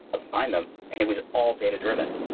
assign them, and it was all data-driven.